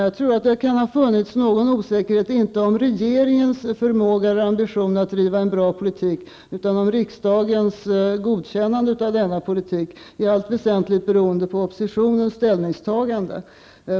Herr talman! Det kan ha funnits någon osäkerhet, inte om regeringens förmåga eller ambition att driva en bra politik, utan om riksdagens godkännande av denna politik, i allt väsentligt beroende på oppositionens ställningstagande.